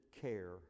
care